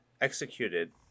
executed